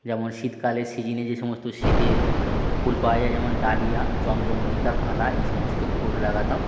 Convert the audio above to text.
যেমন শীতকালে সিজনে যে সমস্ত শীতের ফুল পাওয়া যায় যেমন ডালিয়া চন্দ্রমল্লিকা গাঁদা এই সমস্ত ফুল লাগাতাম